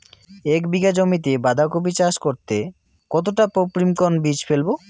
এক বিঘা জমিতে বাধাকপি চাষ করতে কতটা পপ্রীমকন বীজ ফেলবো?